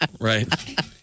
Right